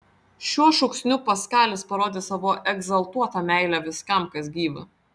šiuo šūksniu paskalis parodė savo egzaltuotą meilę viskam kas gyva